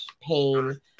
pain